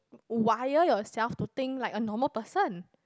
wire yourself to think like a normal person